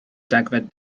degfed